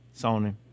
Sony